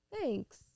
Thanks